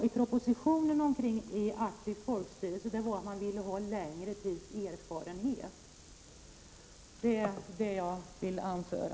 I propositionen om aktivt folkstyre sade man att en längre tids erfarenhet var önskvärd. Detta var vad jag ville anföra.